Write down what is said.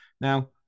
Now